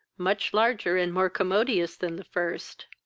much larger and more commodious than the first.